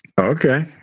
Okay